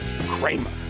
Kramer